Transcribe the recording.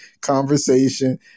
conversation